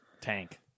tank